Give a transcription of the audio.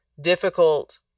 difficult